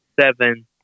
seven